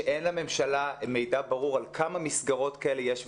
שאין לממשלה מידע ברור על כמה מסגרות כאלה יש,